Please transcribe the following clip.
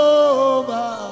over